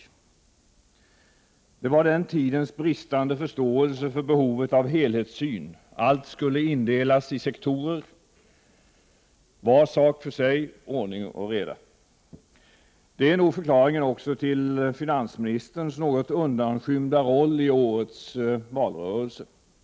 Det var uttryck för den tidens bristande förståelse för behovet av helhetssyn, allt skulle indelas i sektorer, var sak för sig, ordning och reda. Det är nog förklaringen också till finansministerns något undanskymda roll i årets valrörelse.